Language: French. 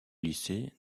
lycée